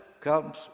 comes